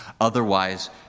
Otherwise